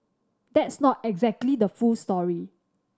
that's not exactly the full story